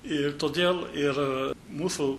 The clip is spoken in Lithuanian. ir todėl ir mūsų